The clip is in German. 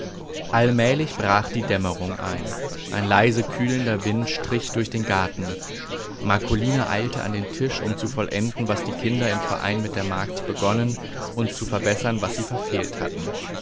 mählich brach die dämmerung ein ein leise kühlender wind strich durch den garten marcolina eilte an den tisch um zu vollenden was die kinder im verein mit der magd begonnen und zu verbessern was sie verfehlt hatten